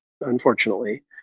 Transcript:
unfortunately